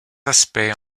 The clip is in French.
aspects